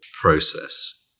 process